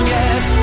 Yes